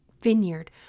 vineyard